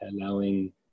allowing